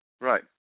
Right